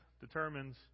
determines